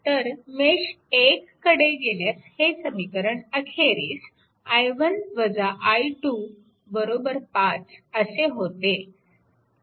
तर मेश 1 कडे गेल्यास हे समीकरण अखेरीस i1 i2 5 असे होते